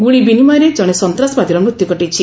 ଗୁଳି ବିନିମୟରେ ଜଣେ ସନ୍ତ୍ରାସବାଦୀର ମୃତ୍ୟୁ ଘଟିଛି